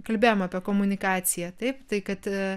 kalbėjom apie komunikaciją taip tai kad